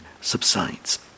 subsides